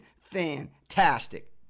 fantastic